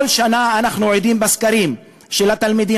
כל שנה אנחנו עדים בסקרים של התלמידים